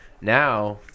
Now